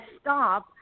stop